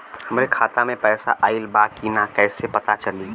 हमरे खाता में पैसा ऑइल बा कि ना कैसे पता चली?